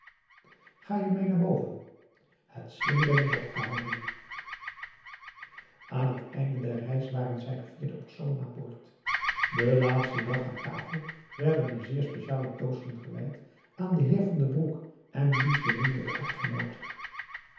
ga je mee naar boven het slingeren is opgehouden aan het einde der reis waren zij gevierde personen aan boord den laatsten dag aan tafel werden er zeer speciale toasten gewijd aan den heer van den broek en diens beminnelijke echtgenoote